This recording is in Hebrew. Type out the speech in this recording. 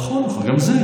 נכון, גם זה.